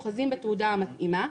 אוחזים בתעודה המתאימה,